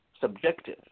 subjective